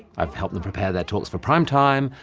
i've helped them prepare their talks for prime time,